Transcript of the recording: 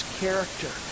character